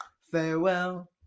Farewell